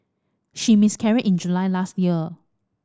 she miscarried in July last year